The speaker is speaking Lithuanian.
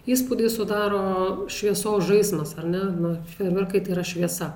įspūdį sudaro šviesos žaismas ar ne na fejerverkai tai yra šviesa